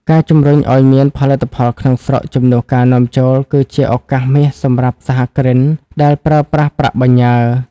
ការជម្រុញឱ្យមាន "ផលិតផលក្នុងស្រុកជំនួសការនាំចូល" គឺជាឱកាសមាសសម្រាប់សហគ្រិនដែលប្រើប្រាស់ប្រាក់បញ្ញើ។